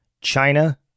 China